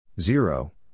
Zero